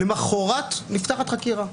למחרת נפתחת חקירה.